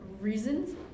reasons